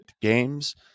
games